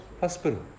Hospital